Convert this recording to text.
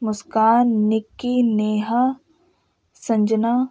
Muskan Nikki Neha Sanjana